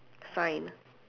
sign